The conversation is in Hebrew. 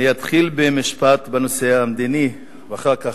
אני אתחיל במשפט בנושא המדיני ואחר כך